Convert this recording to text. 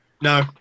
No